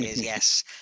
yes